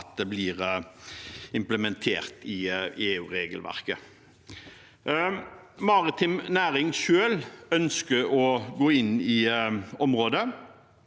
at blir implementert i EU-regelverket. Maritim næring ønsker selv å gå inn i området